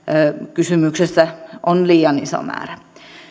kysymyksessä on liian iso määrä